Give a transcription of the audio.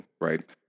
right